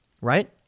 right